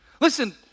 Listen